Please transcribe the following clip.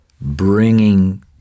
bringing